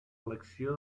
selecció